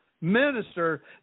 minister